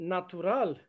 Natural